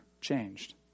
changed